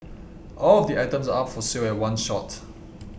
all of the items are up for sale at one shot